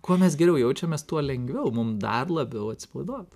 kuo mes geriau jaučiamės tuo lengviau mum dar labiau atsipalaiduot